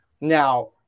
now